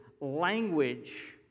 language